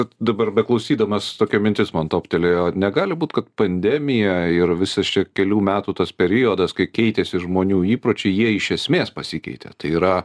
tad dabar beklausydamas tokia mintis man toptelėjo negali būti kad pandemija ir visas čia kelių metų tas periodas kai keitėsi žmonių įpročiai jie iš esmės pasikeitė tai yra